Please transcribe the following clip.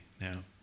now